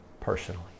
personally